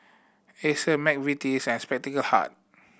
Acer McVitie's and Spectacle Hut